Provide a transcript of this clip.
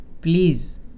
Please